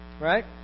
right